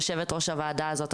יושבת-ראש הוועדה הזאת,